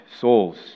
souls